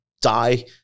die